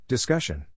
Discussion